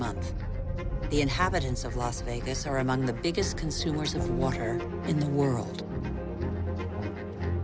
month the inhabitants of las vegas are among the biggest consumers of water in the world